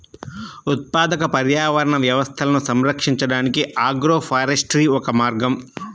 ఉత్పాదక పర్యావరణ వ్యవస్థలను సంరక్షించడానికి ఆగ్రోఫారెస్ట్రీ ఒక మార్గం